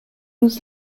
was